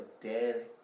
dead